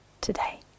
today